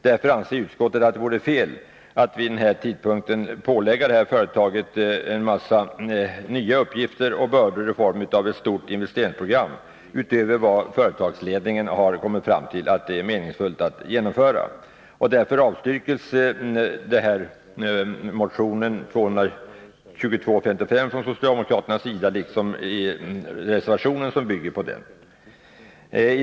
Därför anser utskottet att det vore fel att vid denna tidpunkt lägga på företaget en mängd nya uppgifter och bördor i form av ett stort investeringsprogram, utöver vad företagsledningen anser vara meningsfullt att genomföra. Därför avstyrker utskottet motiun 2255 från socialdemokraterna, liksom den socialdemokratiska reservationen som bygger på denna motion.